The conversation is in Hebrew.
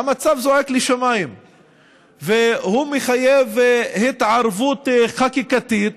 והוא מחייב התערבות חקיקתית